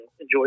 enjoy